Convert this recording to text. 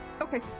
Okay